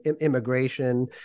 immigration